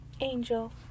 Angel